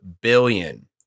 billion